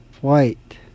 White